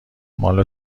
مال